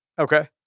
Okay